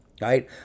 right